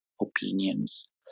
opinions